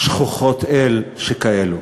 שכוחות אל שכאלה.